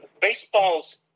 baseball's